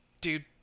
Dude